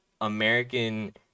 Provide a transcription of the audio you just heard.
American